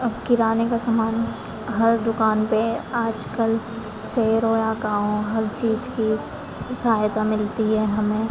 अब किराने का सामान हर दुकान पे आजकल शहर हो या गाँव हर चीज की सहायता मिलती है हमें